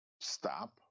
stop